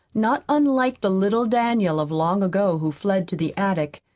not unlike the little daniel of long ago who fled to the attic,